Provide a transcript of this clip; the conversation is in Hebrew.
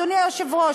אדוני היושב-ראש,